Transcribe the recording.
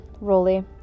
Rolly